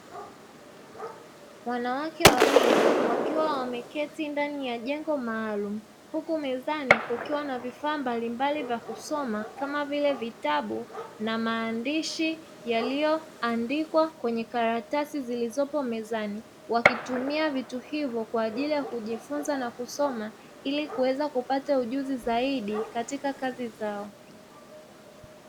Wanawake wawili wakiwa wameketi ndani ya jengo maalumu huku mezani kukiwa na vifaa mbalimbali kamavile vitabu na maandishi yaliandikwa kwenye karatasi zilizopo mezani, wakitumia vitu hivyo kwajili ya kusoma na kujifunza ilikuweza kupata ujuzi zaidi katika kazi zao.